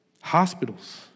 hospitals